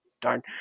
darn